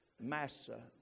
Massa